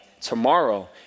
Tomorrow